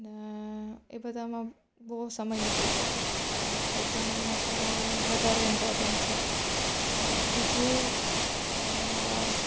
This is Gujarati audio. અને એ બધામાં બહુ સમય નીકળી જશે અને આ એક્ઝામ મારી માટે વધારે ઇમ્પોટન્ટ છે અને બીજું અત્યારે મારા